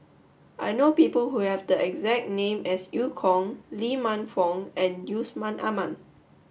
I know people who have the exact name as Eu Kong Lee Man Fong and Yusman Aman